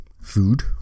food